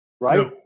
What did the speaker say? Right